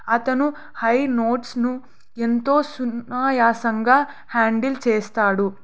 అతను హై నోడ్స్ను ఎంతో సునాయాసంగా హ్యాండిల్ చేస్తాడు